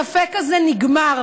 הספק הזה נגמר.